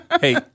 Hey